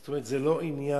זאת אומרת, זה לא עניין